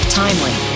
timely